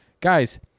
guys